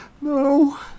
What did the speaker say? no